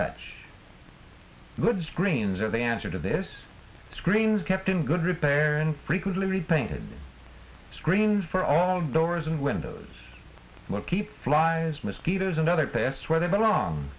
touch good screens are the answer to this screens kept in good repair and frequently repainted screens for all doors and windows but keep flies mosquitoes and other tests where they belong